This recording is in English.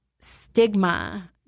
stigma